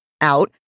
out